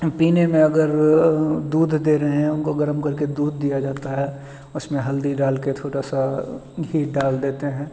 पीने में अगर दूध दे रहे हैं उनको गर्म करके दूध दिया जाता है उसमें हल्दी डालके थोड़ा सा घी डाल देते हैं